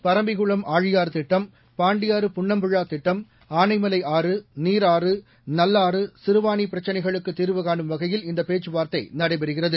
பரம்பிக்குளம் ஆழியாறு திட்டம் பாண்டியாறு புன்னம்புழா திட்டம் ஆனைமலை ஆறு நீராறு நல்லாறு சிறுவானி பிரச்சினைகளுக்கு தீர்வு கானும் வகையில் இந்தப் பேச்சுவார்த்தை நடைபெறுகிறது